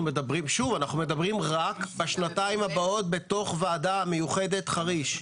אנחנו מדברים רק בשנתיים הבאות בתוך הוועדה המיוחדת חריש.